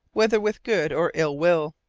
whether with good or ill will.